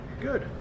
Good